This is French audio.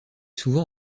souvent